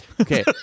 Okay